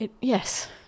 Yes